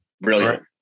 Brilliant